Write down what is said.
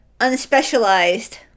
unspecialized